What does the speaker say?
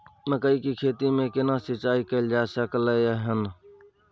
मकई की खेती में केना सिंचाई कैल जा सकलय हन?